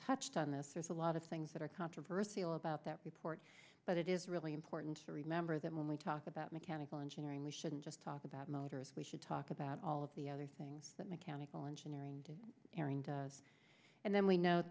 touched on this are a lot of things that are controversy all about that report but it is really important to remember that when we talk about mechanical engineering we shouldn't just talk about motors we should talk about all of the other things that mechanical engineering did errand and then we know